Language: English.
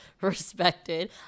respected